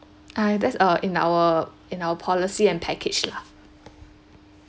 uh that's uh in our in our policy and package lah